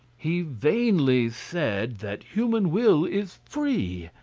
he vainly said that human will is free,